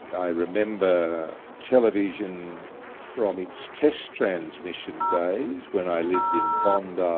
i remember television from its test transmission days when i lived in bondi.